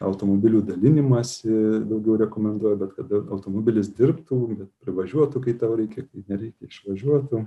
automobilių dalinimąsi daugiau rekomenduoja bet kad automobilis dirbtų ne privažiuotų kai tau reikia nereikia išvažiuoti